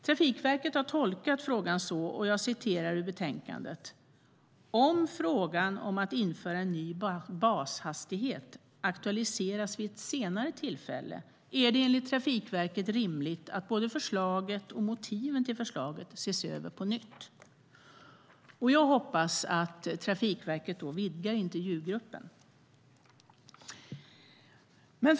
Trafikverket har tolkat frågan enligt följande; jag läser från betänkandet: "Om frågan om att införa en ny bashastighet aktualiseras vid ett senare tillfälle är det enligt Trafikverket rimligt att både förslaget och motiven till förslaget ses över på nytt." Jag hoppas att Trafikverket då vidgar intervjugruppen.